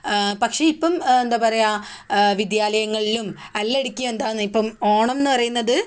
പക്ഷേ ഇപ്പം എന്താണ് പറയുക വിദ്യാലയങ്ങളിലും അല്ല ഇടയ്ക് എന്താണ് ഇപ്പം ഓണം എന്ന് പറയുന്നത്